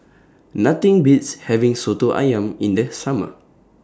Nothing Beats having Soto Ayam in This Summer